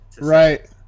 right